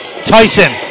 Tyson